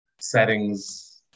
settings